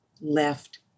left